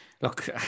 look